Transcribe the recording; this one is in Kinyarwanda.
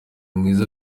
mwiza